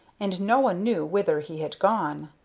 and no one knew whither he had gone.